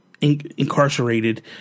incarcerated